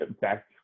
back